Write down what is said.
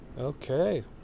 okay